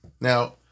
Now